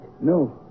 No